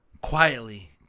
quietly